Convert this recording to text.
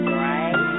right